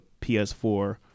PS4